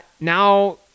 now